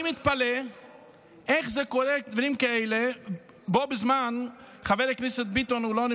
אני מתפלא איך דברים כאלה קורים בו בזמן,